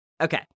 Okay